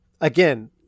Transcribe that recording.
again